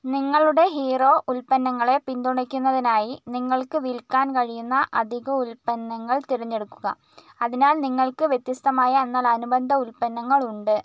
നിങ്ങളുടെ ഹീറോ ഉൽപ്പന്നങ്ങളെ പിന്തുണയ്ക്കുന്നതിനായി നിങ്ങൾക്ക് വിൽക്കാൻ കഴിയുന്ന അധിക ഉൽപ്പന്നങ്ങൾ തിരഞ്ഞെടുക്കുക അതിനാൽ നിങ്ങൾക്ക് വ്യത്യസ്തമായ എന്നാൽ അനുബന്ധ ഉൽപ്പന്നങ്ങളുണ്ട്